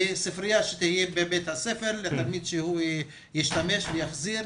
וספרייה שתהיה בבית הספר לתלמיד שישתמש ויחזיר,